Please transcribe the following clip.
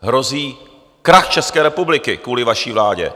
Hrozí krach České republiky kvůli vaší vládě!